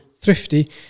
THRIFTY